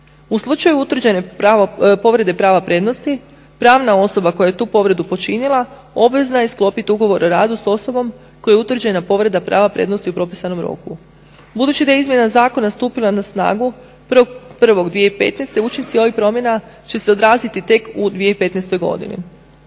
U slučaju utvrđene povrede prava prednosti pravna osoba koja je tu povredu počinila obvezna je sklopiti ugovor o radu s osobom kojoj je utvrđena povreda prava prednosti u propisanom roku. Budući da je izmjena zakona stupila na snagu 1.01.2015. učinci ovih promjena će se odraziti tek u 2015. godini.